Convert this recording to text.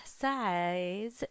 size